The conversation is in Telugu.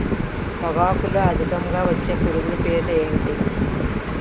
పొగాకులో అధికంగా వచ్చే పురుగుల పేర్లు ఏంటి